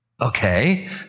Okay